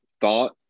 thought